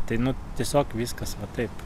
tai nu tiesiog viskas taip